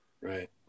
Right